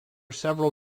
several